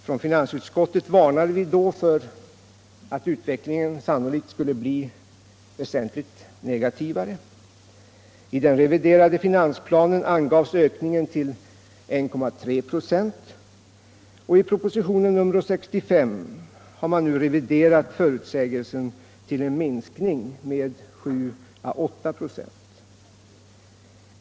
Från finansutskottet varnade vi då för att utvecklingen sannolikt skulle bli väsentligt negativare. I den reviderade finansplanen angavs ökningen till 1,3 96 och i propositionen 65 har man nu reviderat förutsägelsen till en minskning med 7 å 896.